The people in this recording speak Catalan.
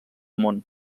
món